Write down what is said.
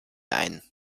ein